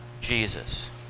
Jesus